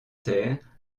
terres